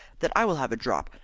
that i will have a drop,